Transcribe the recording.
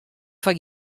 foar